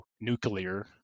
nuclear